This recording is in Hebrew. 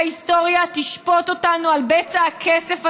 ההיסטוריה תשפוט אותנו על בצע הכסף הזה,